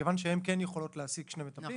מכיוון שהן כן יכולות להעסיק שני מטפלים,